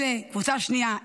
קבוצה שנייה,